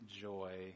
joy